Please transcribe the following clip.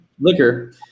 liquor